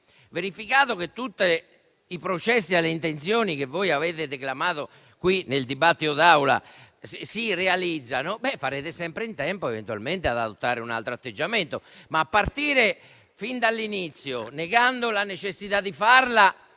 verificato che tutti i processi alle intenzioni che voi avete declamato nel dibattito d'Aula si saranno realizzati, farete sempre in tempo eventualmente ad adottare un altro atteggiamento. Ma non si può partire fin dall'inizio negando la necessità di fare